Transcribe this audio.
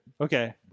Okay